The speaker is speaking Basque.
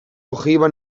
ojiba